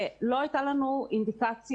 לא הייתה לנו אינדיקציה